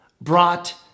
brought